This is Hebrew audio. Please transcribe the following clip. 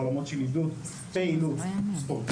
בעולמות של עידוד פעילות ספורטיבית.